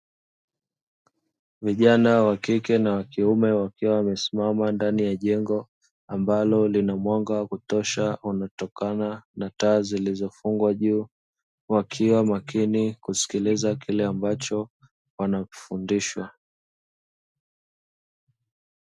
Vijana wakike na wakiume wakiwa wamesimama ndani ya jengo ambalo lina mwanga wa kutosha unatokana na taa zilizofungwa juu, wakiwa makini kusikiliza kile ambacho wanafundishwa.